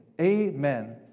Amen